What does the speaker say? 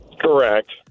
Correct